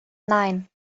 nein